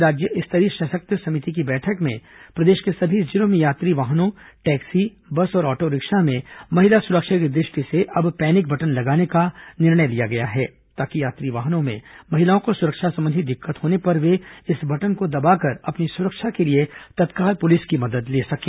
वहीं राज्य स्तरीय सशक्त समिति की बैठक में प्रदेश के सभी जिलों में यात्री वाहनों टैक्सी बस और आटो रिक्शा में महिला सुरक्षा की दृष्टि से अब पैनिक बटन लगाने का निर्णय लिया गया है ताकि यात्री वाहनों में महिलाओं को सुरक्षा संबंधी दिक्कत होने पर वे इस बटन को दबाकर अपनी सुरक्षा के लिए तत्काल पुलिस की मदद ले सकें